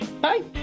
Bye